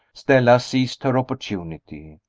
stella seized her opportunity.